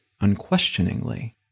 unquestioningly